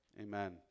Amen